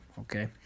okay